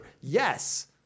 yes